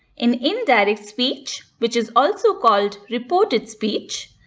in indirect speech, which is also called reported speech,